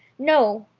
no!